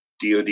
DOD